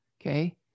okay